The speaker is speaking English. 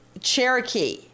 Cherokee